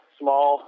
small